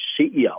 CEO